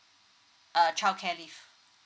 err childcare leave